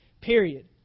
Period